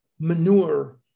manure